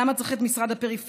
למה צריך את משרד הפריפריה,